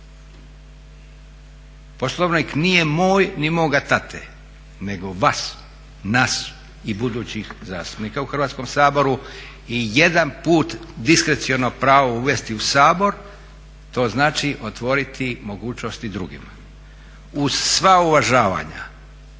Poslovnik nije moj ni moga tate nego vas, nas i budućih zastupnika u Hrvatskom saboru i jedan put diskreciono pravo uvesti u Sabor to znači otvoriti mogućnost i drugima. Uz sva uvažavanja